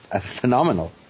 phenomenal